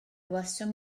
welsom